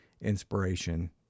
inspiration